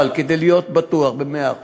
אבל כדי להיות בטוח במאה אחוז,